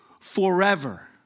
forever